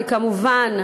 וכמובן,